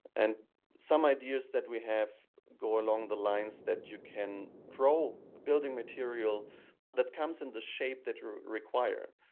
and some ideas that we have go along the lines that you can grow building material that comes in the shape that you require.